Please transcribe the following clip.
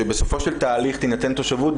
שבסופו של תהליך תינתן תושבות,